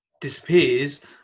disappears